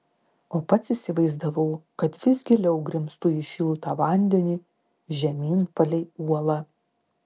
o pats įsivaizdavau kad vis giliau grimztu į šiltą vandenį žemyn palei uolą